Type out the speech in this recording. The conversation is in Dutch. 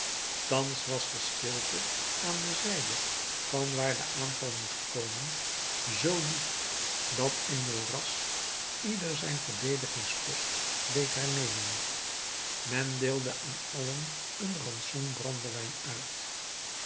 thans was de stilte aan de zijde van waar de aanval moest komen zoo diep dat enjolras ieder zijn verdedigingspost deed hernemen men deelde aan allen een rantsoen brandewijn uit